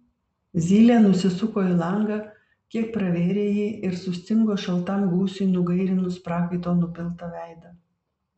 zylė nusisuko į langą kiek pravėrė jį ir sustingo šaltam gūsiui nugairinus prakaito nupiltą veidą